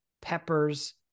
peppers